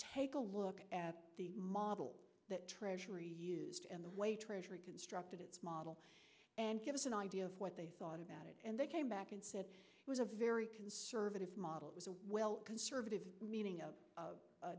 take a look at the model that treasury used and the way treasury constructed its model and give us an idea of what they thought about it and they came back and said it was a very conservative model it was a conservative meaning